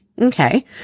Okay